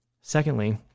Secondly